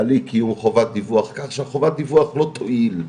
על אי קיום חובת דיווח, כך שחובת הדיווח לא תועיל,